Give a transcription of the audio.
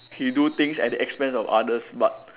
he do things at the expense of others but